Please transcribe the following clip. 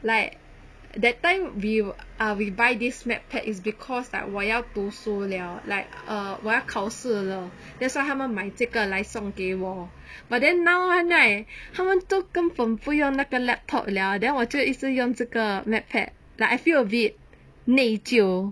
like that time we ah we buy this mac tab is because like 我要读书 liao like err 我要考试了 that's why 他们买这个来送给我 but then now [one] right 他们都根本不用那个 laptop liao then 我就一直用这个 mac tab like I feel a bit 内疚